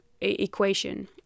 equation